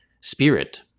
spirit